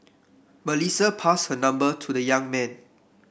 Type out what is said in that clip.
Melissa passed her number to the young man